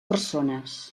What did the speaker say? persones